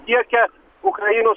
tiekia ukrainos